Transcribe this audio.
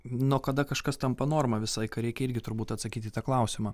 nuo kada kažkas tampa norma visą laiką reikia irgi turbūt atsakyt į tą klausimą